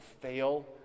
fail